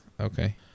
Okay